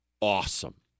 awesome